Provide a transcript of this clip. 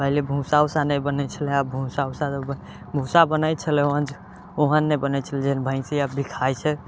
पहिले भूसा उसा नहि बनै छलै आब भूसा उसा तऽ भूसा बनै छलै ओहेन नहि बनै छलै जेहन भैंसी अबरी खाइ छै